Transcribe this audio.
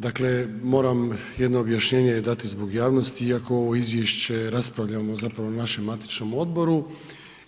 Dakle moram jedno objašnjenje dati zbog javnosti iako ovo izvješće raspravljano zapravo na našem matičnom odboru